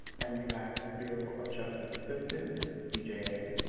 and you have the bureau of justice assistance, bja,